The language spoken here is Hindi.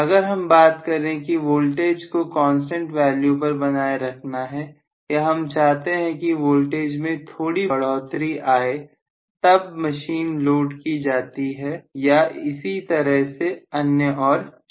अगर हम बात करें कि वोल्टेज को कांस्टेंट वैल्यू पर बनाए रखना है या हम चाहते हैं कि वोल्टेज में थोड़ी बढ़ोतरी आए जब मशीन लोड की जाती है या इसी तरह से अन्य और चीजें